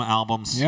albums